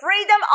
freedom